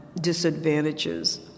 disadvantages